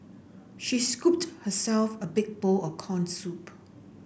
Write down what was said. she scooped herself a big bowl of corn soup